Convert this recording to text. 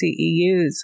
CEUs